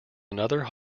another